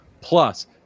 plus